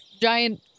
giant